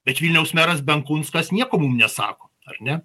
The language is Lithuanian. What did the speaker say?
bet vilniaus meras benkunskas nieko mum nesako ar ne